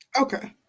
Okay